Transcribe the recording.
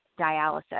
dialysis